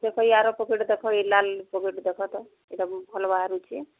ଦେଖ ଇଆର ପକେଟ୍ ଦେଖ ଇଏ ଲାଲ୍ ପକେଟ୍ ଦେଖ ତ ଏଇଟା ଭଲ ବାହାରୁଚି